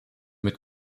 mit